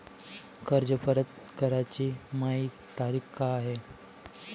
कर्ज परत कराची मायी तारीख का हाय?